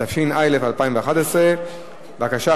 התשע"א 2011. בבקשה,